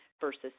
versus